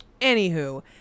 Anywho